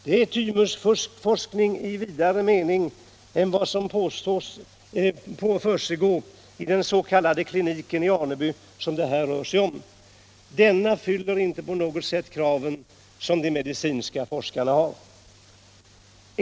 Det är här fråga om tymusforskning i vidare mening än vad som påstås försiggå i den s.k. kliniska forskningen i Aneby. Denna fyller inte på något sätt de krav som de medicinska forskarna har.